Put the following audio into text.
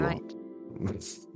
right